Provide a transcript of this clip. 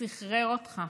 סחרר אותך.